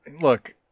look